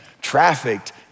trafficked